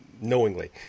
knowingly